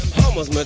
hummus but